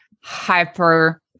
hyper